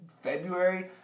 February